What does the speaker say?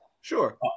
Sure